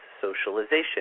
socialization